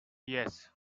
yes